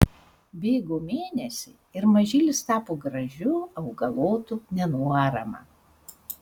bėgo mėnesiai ir mažylis tapo gražiu augalotu nenuorama